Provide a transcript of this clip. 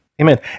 Amen